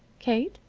kate?